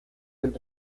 del